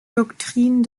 doktrin